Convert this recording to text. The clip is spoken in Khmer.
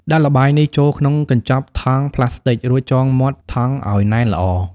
ដាក់ល្បាយនេះចូលក្នុងកញ្ចប់ថង់ផ្លាស្ទិក រួចចងមាត់ថង់ឲ្យណែនល្អ។